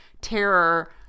terror